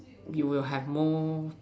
you will have more